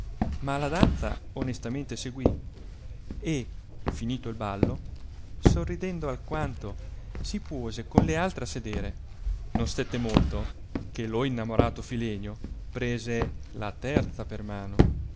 ma la danza onestamente seguì e finito il ballo sorridendo alquanto si puose con le altre a sedere non stette molto che lo innamorato filenio prese la terza per mano